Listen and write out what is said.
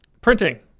Printing